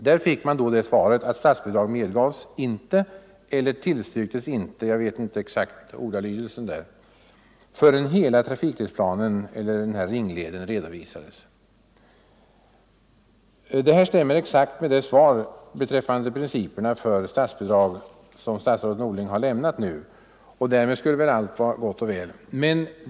Där fick man då det svaret att statsbidrag medgavs inte — eller tillstyrktes inte, jag vet inte den exakta ordalydelsen — förrän hela trafikledsplanen, den s.k. Ringleden, redovisades. Detta stämmer exakt med det svar beträffande principerna 39 för statsbidrag som statsrådet Norling nu har lämnat, och därmed skulle väl allt vara gott och väl.